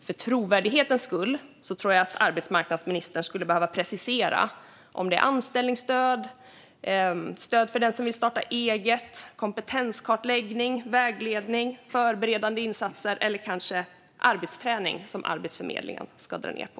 För trovärdighetens skull tror jag att arbetsmarknadsministern skulle behöva precisera om det är anställningsstöd, stöd för den som vill starta eget, kompetenskartläggning, vägledning, förberedande insatser eller kanske arbetsträning som Arbetsförmedlingen ska dra ned på?